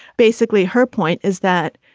basically, her point is that